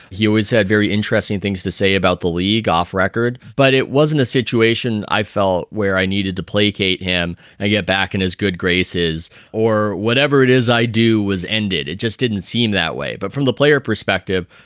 he always had very interesting things to say about the league off record. but it wasn't a situation i felt where i needed to placate him and get back in his good graces or whatever it is i do was ended. it just didn't seem that way but from the player perspective,